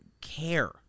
care